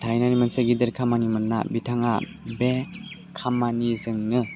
थाहैनानै मोनसे गिदिर खामानि मोन्ना बिथाङा बे खामानिजोंनो